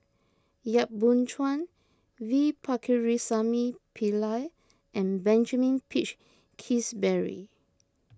Yap Boon Chuan V Pakirisamy Pillai and Benjamin Peach Keasberry